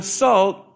salt